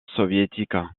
soviétiques